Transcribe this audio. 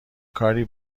کار